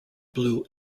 blue